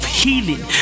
healing